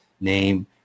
name